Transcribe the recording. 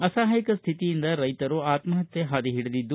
ಅಸಹಾಯಕ ಸ್ಹಿತಿಯಿಂದ ರೈತರು ಆತ್ಸಹತ್ತೆ ಹಾದಿ ಹಿಡಿದಿದ್ದಾರೆ